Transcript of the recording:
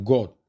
God